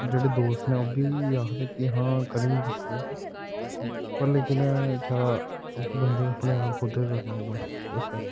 जेह्ड़़े दोस्त नै ओह्बी आखदे हां करेंगे सुप्पोर्ट पर लेकिन छड़ा बंदे गी अपने आप खुद गै करना होंदा इस आस्तै